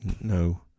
No